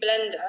Blender